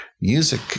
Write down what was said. music